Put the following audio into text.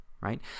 right